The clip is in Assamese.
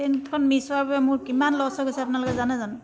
ট্ৰেইনখন মিচ হোৱাৰ বাবে মোৰ কিমান লচ হৈ গৈছে আপোনালোকে জানে জানোঁ